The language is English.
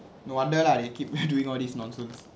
no wonder lah they keep doing all this nonsense